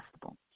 possible